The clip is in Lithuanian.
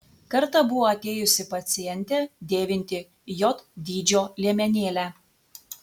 kartą buvo atėjusi pacientė dėvinti j dydžio liemenėlę